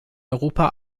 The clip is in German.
europa